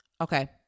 Okay